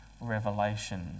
revelation